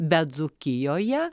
bet dzūkijoje